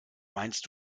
meinst